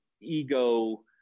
ego